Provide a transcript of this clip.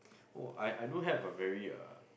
oh I I do have a very uh